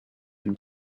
him